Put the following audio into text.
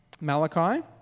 Malachi